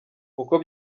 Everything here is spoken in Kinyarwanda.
uko